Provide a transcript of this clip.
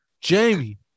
Jamie